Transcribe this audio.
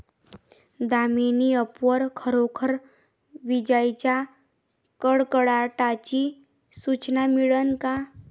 Damini app वर खरोखर विजाइच्या कडकडाटाची सूचना मिळन का?